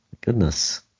goodness